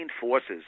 forces